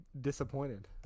disappointed